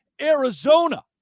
Arizona